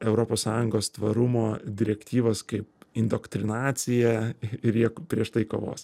europos sąjungos tvarumo direktyvas kaip indoktrinacija ir jie prieš tai kovos